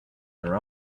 their